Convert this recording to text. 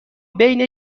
بین